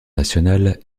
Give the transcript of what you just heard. nationale